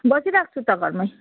बसिरहेको छु त घरमै